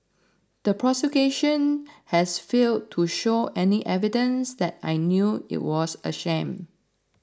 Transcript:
the prosecution has failed to show any evidence that I knew it was a shame